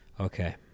Okay